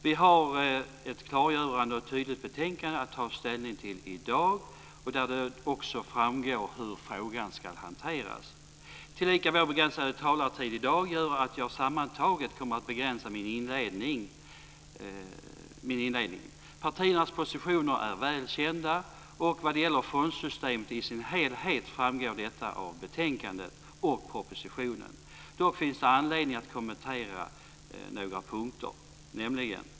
Vi har ett klargörande och ett tydligt betänkande att ta ställning till i dag, där det framgår hur frågan ska hanteras. Tillika gör vår begränsade talartid i dag att jag sammantaget kommer att begränsa min inledning. Partiernas positioner är väl kända. Vad gäller fondsystemet i sin helhet framgår detta av betänkandet och propositionen. Dock finns det anledning att kommentera några punkter.